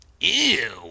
ew